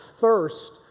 thirst